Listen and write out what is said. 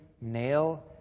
nail